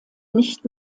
nicht